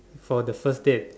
for the first date